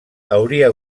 hauria